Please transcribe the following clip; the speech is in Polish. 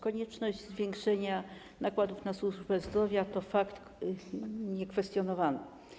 Konieczność zwiększenia nakładów na służbę zdrowia to fakt niekwestionowany.